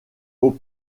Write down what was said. aux